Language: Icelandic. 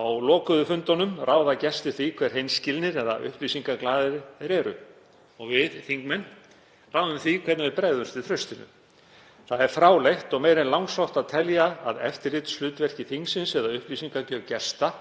Á lokuðum fundum ráða gestir því hve hreinskilnir eða upplýsingaglaðir þeir eru og við þingmenn ráðum því hvernig við bregðumst við traustinu. Það er fráleitt og meira en langsótt að telja að eftirlitshlutverki þingsins eða upplýsingagjöf gesta